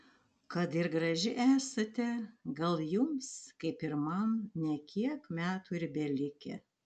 kad ir graži esate gal jums kaip ir man ne kiek metų ir belikę